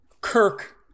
Kirk